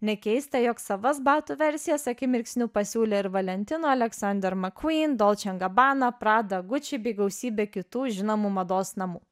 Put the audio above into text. nekeista jog savas batų versijas akimirksniu pasiūlė ir valentino aleksander makvyn dolce and gabbana prada gucci bei gausybė kitų žinomų mados namų